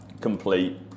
complete